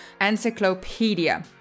Encyclopedia